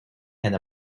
and